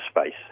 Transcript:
space